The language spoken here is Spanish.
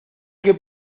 que